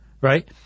right